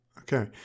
okay